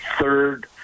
third